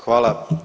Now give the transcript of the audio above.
Hvala.